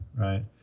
right